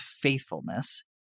faithfulness